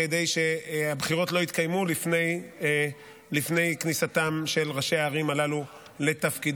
כדי שהבחירות לא יתקיימו לפני כניסתם של ראשי הערים הללו לתפקידם,